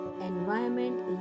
Environment